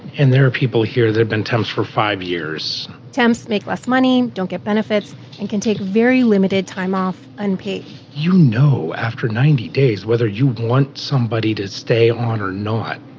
and there are people here who've been temps for five years. temps make less money, don't get benefits and can take very limited time off, unpaid you know after ninety days whether you want somebody to stay on or not,